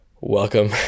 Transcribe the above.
welcome